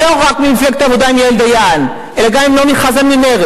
הצעת אי-אמון מטעם המחנה הציוני.